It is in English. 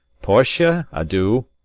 portia, adieu!